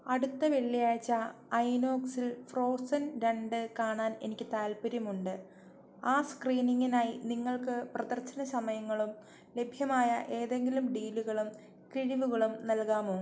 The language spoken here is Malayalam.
അടുത്ത വെള്ളിയാഴ്ച ഐനോക്സിൽ ഫ്രോസൺ രണ്ട് കാണാൻ എനിക്ക് താൽപ്പര്യമുണ്ട് ആ സ്ക്രീനിങ്ങിനായി നിങ്ങൾക്ക് പ്രദർശന സമയങ്ങളും ലഭ്യമായ ഏതെങ്കിലും ഡീലുകളും കിഴിവുകളും നൽകാമോ